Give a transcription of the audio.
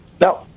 Now